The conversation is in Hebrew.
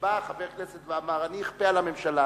כשבא חבר כנסת ואמר: אני אכפה על הממשלה,